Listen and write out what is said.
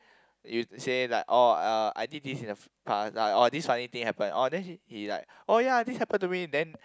you say like oh uh I did this in the past or this funny thing happened oh then he like oh ya this happened to me then